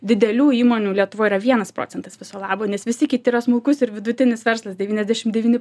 didelių įmonių lietuvoj yra vienas procentas viso labo nes visi kiti yra smulkus ir vidutinis verslas devyniasdešim devyni